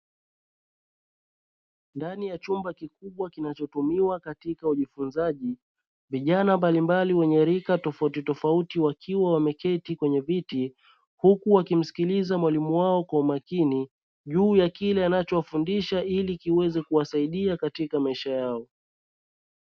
Ndani ya chumba kikubwa kinachotumiwa katika ujifunzaji, vijana mbalimbali wenye rika tofautitofauti wakiwa wameketi kwenye viti huku wakimsikiliza mwalimu wao kwa makini, juu ya kile anachowafundisha ili kiweze kuwasaidia katika maisha yao.